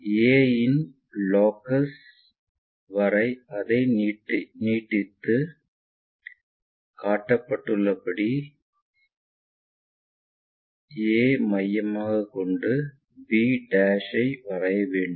a இன் locus வரை அதை நீட்டித்து காட்டப்பட்டுள்ளபடி a மையமாகக் கொண்டு b ஐ வரைய வேண்டும்